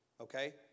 okay